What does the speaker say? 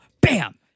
Bam